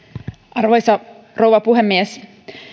arvoisa rouva puhemies